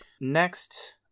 Next